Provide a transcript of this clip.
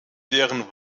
deren